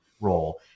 role